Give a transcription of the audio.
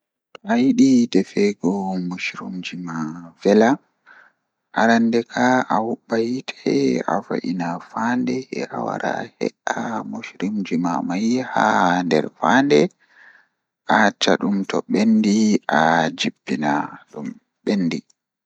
Ah ko buri welugo am wakkati mi bingel kanjum woni wakkati mi yahata jangirde be sobiraabe am, Ko wadi weli am bo ngam wakkati man midon wondi be sobiraabe am min yahan mi fijo min yaha jangirde tomin ummi min wartida be mabbe wakkati man don wela mi masin.